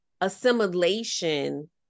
assimilation